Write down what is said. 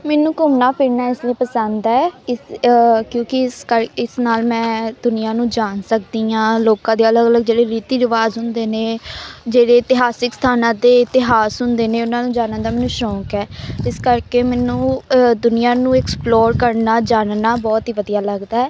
ਮੈਨੂੰ ਘੁੰਮਣਾ ਫਿਰਨਾ ਇਸ ਲਈ ਪਸੰਦ ਹੈ ਇਸ ਕਿਉਂਕਿ ਇਸ ਕਰ ਇਸ ਨਾਲ ਮੈਂ ਦੁਨੀਆ ਨੂੰ ਜਾਣ ਸਕਦੀ ਹਾਂ ਲੋਕਾਂ ਦੇ ਅਲੱਗ ਅਲੱਗ ਜਿਹੜੇ ਰੀਤੀ ਰਿਵਾਜ਼ ਹੁੰਦੇ ਨੇ ਜਿਹੜੇ ਇਤਿਹਾਸਿਕ ਸਥਾਨਾਂ 'ਤੇ ਇਤਿਹਾਸ ਹੁੰਦੇ ਨੇ ਉਹਨਾਂ ਨੂੰ ਜਾਨਣ ਦਾ ਮੈਨੂੰ ਸ਼ੌਂਕ ਹੈ ਇਸ ਕਰਕੇ ਮੈਨੂੰ ਦੁਨੀਆ ਨੂੰ ਐਕਸਪਲੋਰ ਕਰਨਾ ਜਾਨਣਾ ਬਹੁਤ ਹੀ ਵਧੀਆ ਲੱਗਦਾ